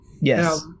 Yes